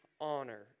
honor